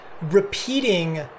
repeating